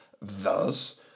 Thus